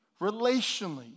relationally